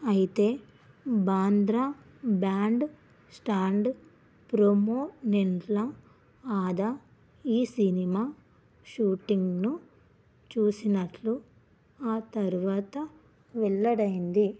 అయితే Bandra band stand ప్రోమోనెండ్ల ఆదా ఈ సినిమా షూటింగ్ను చూసినట్లు ఆ తరువాత వెల్లడైంది